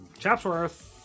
Chapsworth